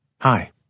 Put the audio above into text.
Hi